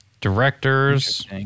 directors